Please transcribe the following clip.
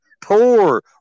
poor